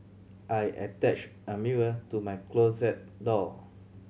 I attached a mirror to my closet door